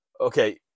Okay